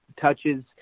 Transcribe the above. touches